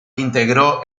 integró